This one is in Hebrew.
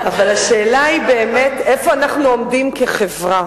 השאלה היא באמת איפה אנחנו עומדים כחברה.